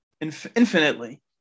infinitely